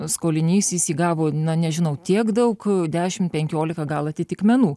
skolinys jis įgavo na nežinau tiek daug dešimt penkiolika gal atitikmenų